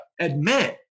admit